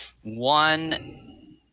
one